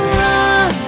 run